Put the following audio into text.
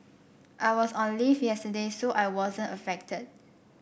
I was on leave yesterday so I wasn't affected